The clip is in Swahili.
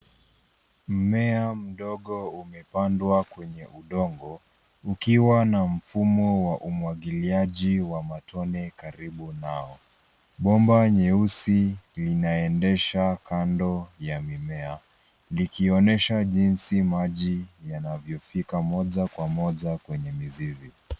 Mmea mdogo umepandwa kwenye udongo ukiwa na mfumo wa umwagiliaji wa matone karibu nao. Bomba nyeusi linaendesha kando ya mimea, likionyesha jinsi maji yanavyofika moja kwa moja kwenye mizizi.